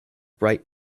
bright